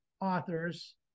authors